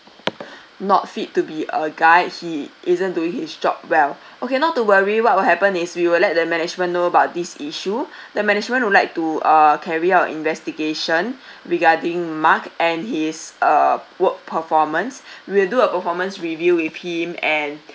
not fit to be a guide he isn't doing his job well okay not to worry what will happen is we will let the management know about this issue then management would like to uh carry out investigation regarding mark and his uh work performance we will do a performance review with him and